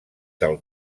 del